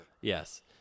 Yes